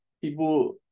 people